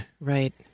Right